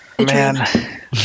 man